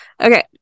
Okay